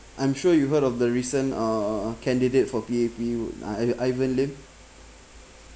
I'm sure you heard of the recent uh candidate for P_A_P ivan lim